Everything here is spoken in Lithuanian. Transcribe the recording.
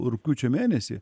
rugpjūčio mėnesį